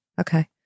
okay